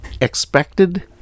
expected